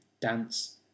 Dance